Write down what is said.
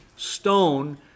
Stone